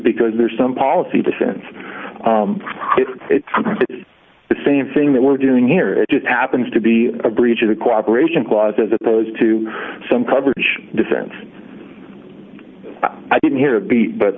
because there's some policy difference if it's the same thing that we're doing it just happens to be a breach of the cooperation clause as opposed to some coverage defense i didn't hear a b but